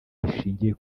rishingiye